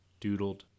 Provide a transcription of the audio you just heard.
Doodled